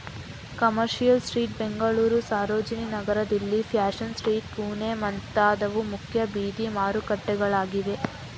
commercial street Bengaluru, Sarojini Nagar Delhi, fashion street Pune ಮುಂತಾದವು ಮುಖ್ಯ ಬೀದಿ ಮಾರುಕಟ್ಟೆಗಳಾಗಿವೆ